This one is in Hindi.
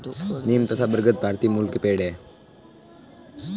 नीम तथा बरगद भारतीय मूल के पेड है